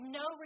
no